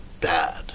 bad